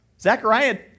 Zechariah